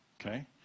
Okay